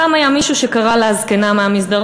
פעם היה מישהו שקרא לה "הזקנה מהמסדרון".